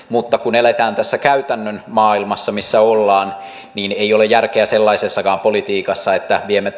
mutta kun eletään tässä käytännön maailmassa missä ollaan niin ei ole järkeä sellaisessakaan politiikassa että viemme